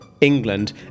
England